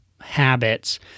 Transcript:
habits